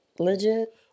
legit